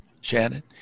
Shannon